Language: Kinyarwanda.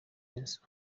inzu